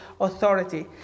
authority